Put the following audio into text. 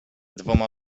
dwoma